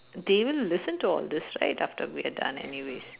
they will listen to all this right after we are done anyways